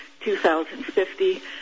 2050